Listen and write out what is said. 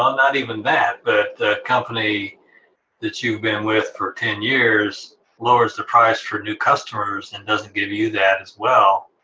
um not even that, but the company that you've been with for ten years lowers the price for new customers and doesn't give you that as well,